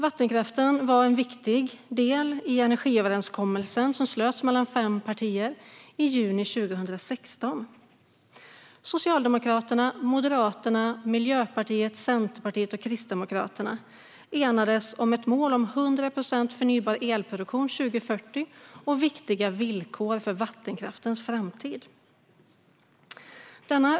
Vattenkraften var en viktig del i den energiöverenskommelse som slöts mellan fem partier i juni 2016. Socialdemokraterna, Moderaterna, Miljöpartiet, Centerpartiet och Kristdemokraterna enades om ett mål om 100 procent förnybar elproduktion år 2040 och viktiga villkor för vattenkraftens framtid.